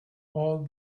all